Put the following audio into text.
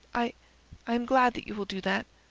i. i am glad that you will do that.